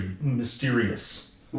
mysterious